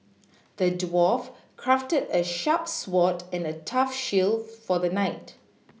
the dwarf crafted a sharp sword and a tough shield for the knight